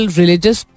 religious